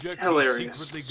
Hilarious